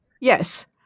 Yes